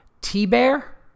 T-Bear